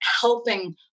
helping